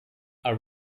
are